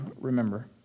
remember